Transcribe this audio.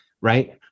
right